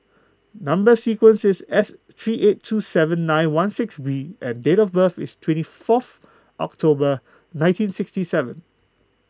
Number Sequence is S three eight two seven nine one six B and date of birth is twenty fourth October nineteen sixty seven